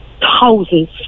thousands